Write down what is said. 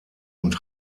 und